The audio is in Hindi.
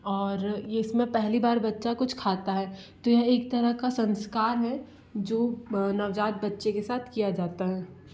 और ये इसमें पहली बार बच्चा कुछ खाता है तो यह एक तरह का संस्कार है जो नवजात बच्चे के साथ किया जाता है